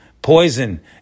Poison